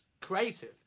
creative